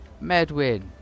Medwin